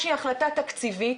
ההחלטה שהיא החלטה תקציבית,